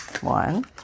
one